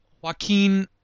Joaquin